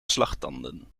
slagtanden